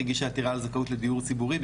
היא הגישה עתירה על זכאות לדיור ציבורי,